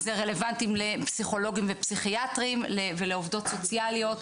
זה רלוונטי לפסיכולוגים ופסיכיאטרים ולעובדות סוציאליות,